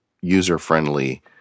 user-friendly